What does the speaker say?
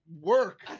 work